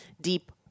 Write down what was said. Deep